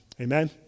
amen